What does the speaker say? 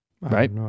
Right